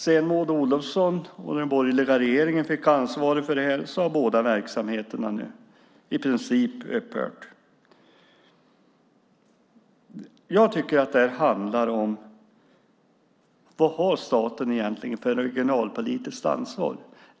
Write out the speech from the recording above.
Sedan Maud Olofsson och den borgerliga regeringen fick ansvaret har båda verksamheterna i princip upphört. Det här handlar om vilket regionalpolitiskt ansvar staten har.